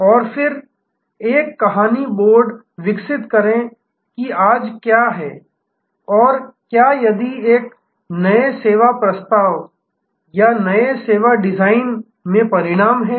और फिर एक कहानी बोर्ड विकसित करें कि आज क्या है और क्या यदि नए सेवा प्रस्ताव या नए सेवा डिजाइन में परिणाम है